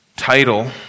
title